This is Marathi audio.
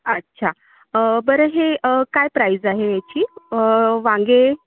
आच्छा बरं हे काय प्राईज आहे याची वांगे